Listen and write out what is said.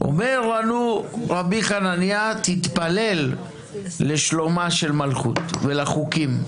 אומר לנו רבי חנינא: תתפלל לשלומה של מלכות ולחוקים,